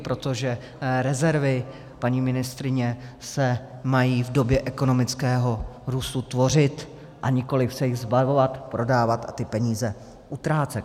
Protože rezervy, paní ministryně, se mají v době ekonomického růstu tvořit, a nikoliv se jich zbavovat, prodávat a ty peníze utrácet.